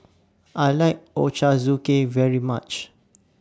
I like Ochazuke very much